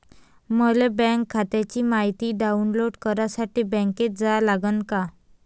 मले बँक खात्याची मायती डाऊनलोड करासाठी बँकेत जा लागन का?